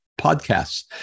podcasts